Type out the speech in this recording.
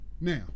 Now